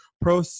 pro